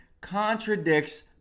contradicts